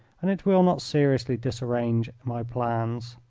and it will not seriously disarrange my plans.